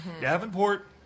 Davenport